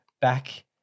back